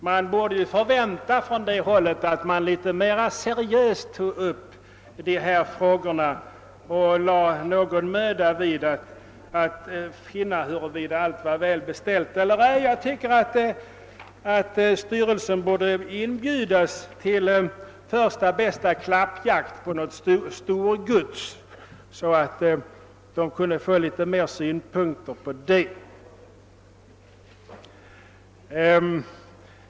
Vi hade kunnat vänta att man från det hållet litet mer seriöst hade tagit upp dessa frågor och lagt ned någon möda på att försöka ta reda på huruvida allt var väl beställt. Styrelsen borde inbjudas till första bästa klappjakt på något storgods så att den kunde få litet fler synpunkter på frågan.